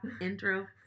intro